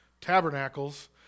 Tabernacles